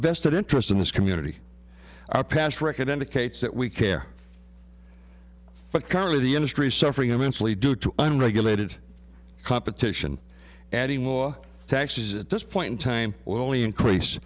vested interest in this community our past record indicates that we care but currently the industry suffering immensely due to an regulated competition adding more taxes at this point in time when we increase